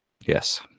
Yes